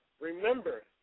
Remember